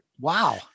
Wow